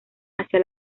hacia